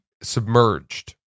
submerged